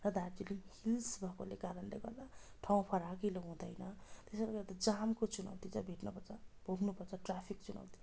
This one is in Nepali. र दार्जिलिङ हिल्स भएकोले कारणले गर्दा ठाउँ फराकिले हुँदैन त्यसले गर्दा जामको चुनौती चाहिँ भिड्नु पर्छ भोग्नु पर्छ ट्राफिक चुनौती